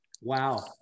Wow